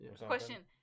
Question